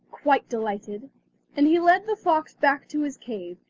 quite delighted and he led the fox back to his cave,